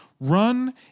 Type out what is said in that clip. Run